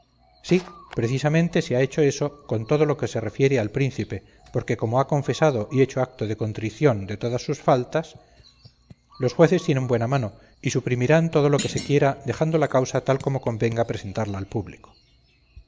sí precisamente se ha hecho eso con todo lo que se refiere al príncipe porque como ha confesado y hecho acto de contrición de todas sus faltas los jueces tienen buena mano y suprimirán todo lo que se quiera dejando la causa tal como convenga presentarla al público